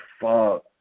fuck